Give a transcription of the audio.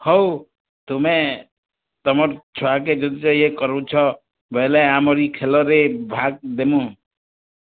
ହଉ ତୁମେ ତୁମର୍ ଛୁଆକେ ଯଦି କରୁଛ ବେଲେ ଆମରି ଖେଲରେ ଭାଗ ଦେମୁଁ